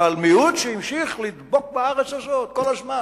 אבל מיעוט שהמשיך לדבוק בארץ הזאת כל הזמן.